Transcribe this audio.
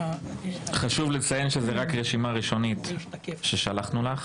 חשוב לציין שזה רק רשימה ראשונית ששלחנו לך.